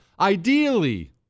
Ideally